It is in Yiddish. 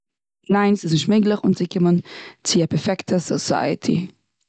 ניין, ס'איז נישט מעגליך אנצוקומען צו א פערפעקטע סאסייעטי.